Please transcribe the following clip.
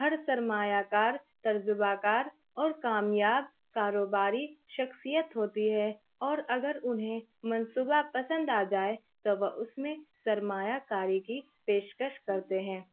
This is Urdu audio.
ہر سرمایہ کار تجربہ کار اور کامیاب کاروباری شخصیت ہوتی ہے اور اگر انہیں منصوبہ پسند آ جائے تو وہ اس میں سرمایہ کاری کی پیشکش کرتے ہیں